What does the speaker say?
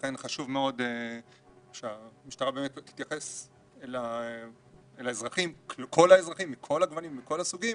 ולכן חשוב מאוד שהמשטרה תתייחס אל כל האזרחים מכל הגוונים ומכל הסוגים